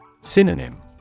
Synonym